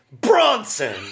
Bronson